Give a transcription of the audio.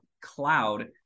cloud